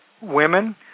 women